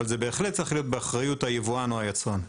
זה בהחלט צריך להיות באחריות היבואן או היצרן.